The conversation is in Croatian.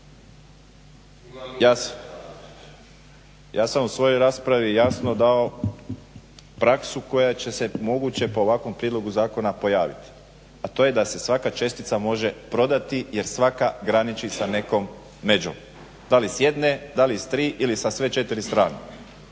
Ja sam u svojoj raspravi jasno dao praksu koja će se moguće po ovakvom prijedlogu zakona pojaviti, a to je da se svaka čestica može prodati jer svaka graniči sa nekom međom, da li s jedne, da li s tri ili sa sve četiri strane.